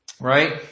Right